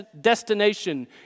destination